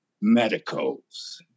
Medicos